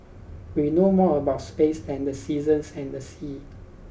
we know more about space than the seasons and the sea